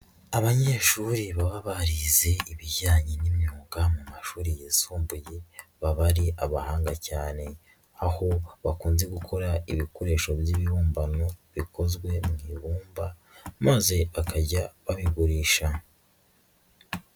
Abanyeshuri baba barize ibijyanye n'imyuga mu mashuri yisumbuye baba ari abahanga cyane, aho bakunze gukora ibikoresho by'ibibumbano bikozwe mu ibumba maze bakajya babigurisha.